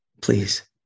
Please